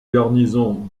garnison